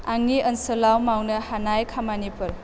आंनि ओनसोलाव मावनो हानाय खामानिफोर